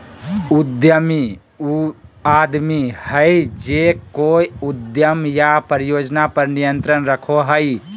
उद्यमी उ आदमी हइ जे कोय उद्यम या परियोजना पर नियंत्रण रखो हइ